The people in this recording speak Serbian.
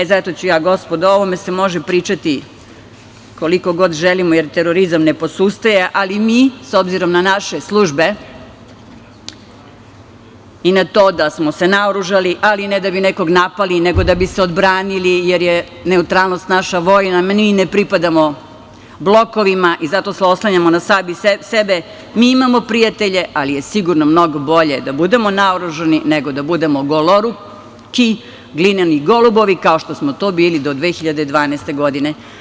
O ovome se može pričati koliko god želimo jer terorizam ne posustaje, ali mi, s obzirom na naše službe i na to da smo se naoružali, ali ne da bi nekog napali nego da bi se odbranili jer je neutralnost naša vojna, mi ne pripadamo blokovima i zato se oslanjamo na sami sebe, mi imamo prijatelje ali je sigurno mnogo bolje da budemo naoružani nego da budemo goloruki glineni golubovi, kao što smo to bili do 2012. godine.